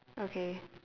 okay